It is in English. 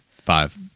Five